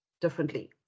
differently